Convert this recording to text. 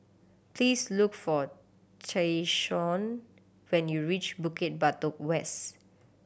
please look for Tyshawn when you reach Bukit Batok West